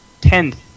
tenth